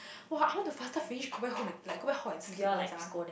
!wah! I want to faster finish go back home like go back hall and sleep once ah